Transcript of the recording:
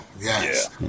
Yes